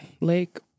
Lake